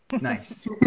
Nice